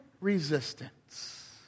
resistance